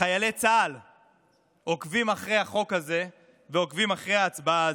חיילי צה"ל עוקבים אחרי החוק הזה ועוקבים אחרי ההצבעה הזאת,